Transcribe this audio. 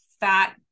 fat